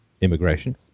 immigration